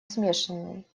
смешанный